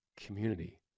community